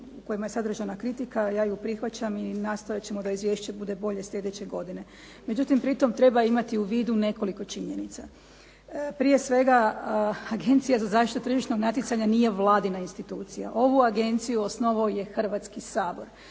kojima je sadržana kritika, ja ju prihvaćam i nastojat ćemo da izvješće bude bolje sljedeće godine. Međutim pritom treba imati u vidu nekoliko činjenica. Prije svega Agencija za zaštitu tržišnog natjecanja nije Vladina institucija. Ovu Agenciju osnovao je Hrvatski sabor.